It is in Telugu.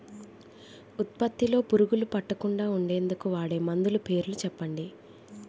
ఉత్పత్తి లొ పురుగులు పట్టకుండా ఉండేందుకు వాడే మందులు పేర్లు చెప్పండీ?